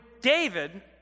David